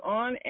on